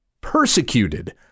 persecuted